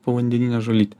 povandeninė žolytė